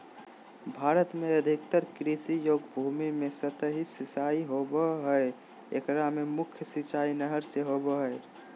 भारत में अधिकतर कृषि योग्य भूमि में सतही सिंचाई होवअ हई एकरा मे मुख्य सिंचाई नहर से होबो हई